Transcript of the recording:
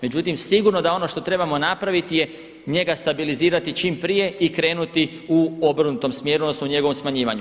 Međutim, sigurno da ono što trebamo napraviti je njega stabilizirati čim prije i krenuti u obrnutom smjeru odnosno u njegovom smanjivanju.